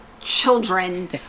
children